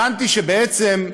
הבנתי שבעצם,